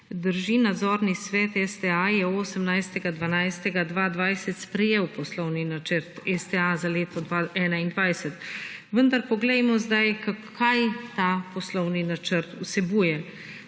Drži nadzorni svet STA je 18. 12. 2020 sprejel poslovni načrt STA za leto 2021, vendar poglejmo sedaj kaj ta poslovni načrt vsebuje.